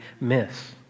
miss